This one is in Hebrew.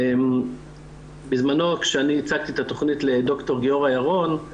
בזמנו כשהצגתי את התכנית לד"ר ירון,